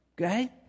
Okay